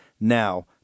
now